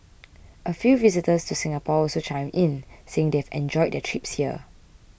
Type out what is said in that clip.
a few visitors to Singapore also chimed in saying they've enjoyed their trips here